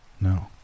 No